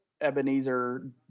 Ebenezer